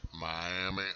Miami